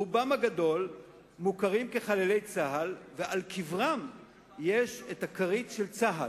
רובם הגדול מוכרים כחללי צה"ל ועל קברם ישנה הכרית של צה"ל.